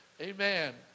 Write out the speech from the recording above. Amen